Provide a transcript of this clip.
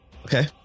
Okay